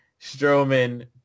Strowman